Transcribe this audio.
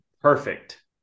perfect